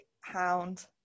hound